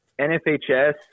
NFHS